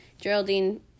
Geraldine